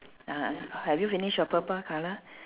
uh uh have you finish your purple colour